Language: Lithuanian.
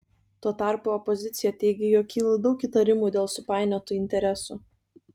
tuo tarpu opozicija teigia jog kyla daug įtarimų dėl supainiotų interesų